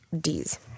D's